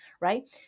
right